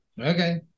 okay